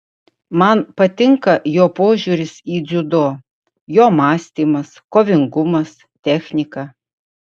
man patinka jo požiūris į dziudo jo mąstymas kovingumas technika